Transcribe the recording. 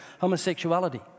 homosexuality